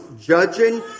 judging